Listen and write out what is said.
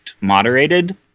moderated